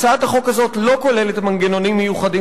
הצעת החוק הזאת לא כוללת מנגנונים מיוחדים